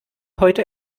heute